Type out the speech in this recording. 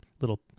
little